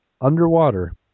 underwater